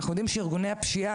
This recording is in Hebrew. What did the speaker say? אנחנו יודעים שארגוני הפשיעה,